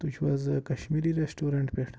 تُہۍ چھُو حظ کشمیٖری ریسٹورنٹ پٮ۪ٹھ